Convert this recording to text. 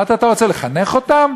אמרתי: אתה רוצה לחנך אותם